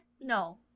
No